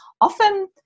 often